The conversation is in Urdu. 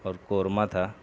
اور قورمہ تھا